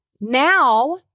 Now